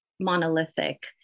monolithic